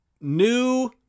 new